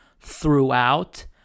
throughout